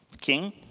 King